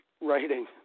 writing